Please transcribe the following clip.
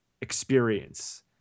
experience